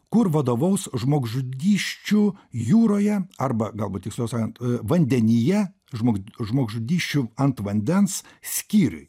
kur vadovaus žmogžudysčių jūroje arba galbūt tiksliau sakant vandenyje žmog žmogžudysčių ant vandens skyriuj